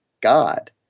God